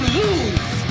lose